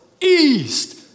east